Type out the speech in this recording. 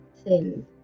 thin